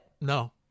No